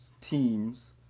teams